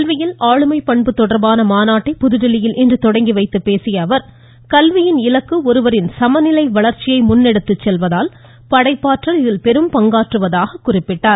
கல்வியில் ஆளுமை பண்பு தொடர்பான மாநாட்டை புதுதில்லியில் இன்று துவக்கி வைத்து பேசிய அவர் கல்வியின் இலக்கு ஒருவரின் சமநிலை வளர்ச்சியை முன்னெடுத்துச்செல்வதால் படைப்பாற்றல் இதில் பெரும் பங்காற்றுவதாக குறிப்பிட்டார்